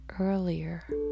earlier